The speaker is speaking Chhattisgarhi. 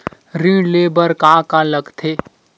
ऋण ले बर का का लगथे?